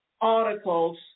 articles